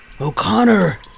O'Connor